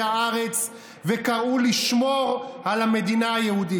שמראה כל כך על חוסר הקשבה וחוסר הבנה של כל מה שדיברתי עליו כאן עשר